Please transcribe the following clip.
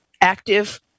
active